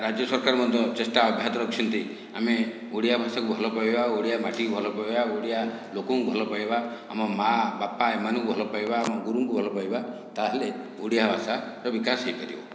ରାଜ୍ୟ ସରକାର ମଧ୍ୟ ଚେଷ୍ଟା ଅଭ୍ୟାତ ରଖିଛନ୍ତି ଆମେ ଓଡ଼ିଆ ଭାଷାକୁ ଭଲ ପାଇବା ଓଡ଼ିଆ ମାଟିକି ଭଲ ପାଇବା ଓଡ଼ିଆ ଲୋକଙ୍କୁ ଭଲ ପାଇବା ଆମ ମାଆ ବାପା ଏମାନଙ୍କୁ ଭଲ ପାଇବା ଏବଂ ଗୁରୁଙ୍କୁ ଭଲ ପାଇବା ତା'ହେଲେ ଓଡ଼ିଆ ଭାଷାର ବିକାଶ ହୋଇପାରିବ